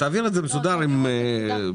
תעביר את זה מסודר דרך אבו,